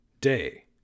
day